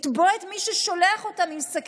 לתבוע את מי ששולח אותם עם סכינים,